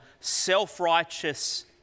self-righteous